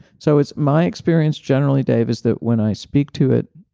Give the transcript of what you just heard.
so it's my experience generally, dave is that when i speak to it,